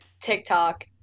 tiktok